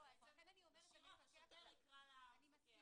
שוטר יקרא למפקח ו --- אני מסכימה.